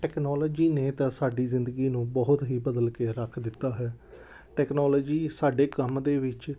technology ਨੇ ਤਾਂ ਸਾਡੀ ਜ਼ਿੰਦਗੀ ਨੂੰ ਬਹੁਤ ਹੀ ਬਦਲ ਕੇ ਰੱਖ ਦਿੱਤਾ ਹੈ ਟੈਕਨੋਲੋਜੀ ਸਾਡੇ ਕੰਮ ਦੇ ਵਿੱਚ